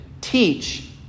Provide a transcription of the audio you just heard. teach